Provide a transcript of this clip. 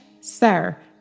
Sir